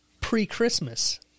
pre-Christmas